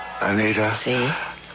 Anita